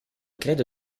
credo